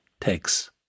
takes